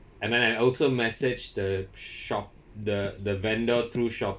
and then I also message the shop the the vendor through Shopee